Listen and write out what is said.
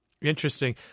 Interesting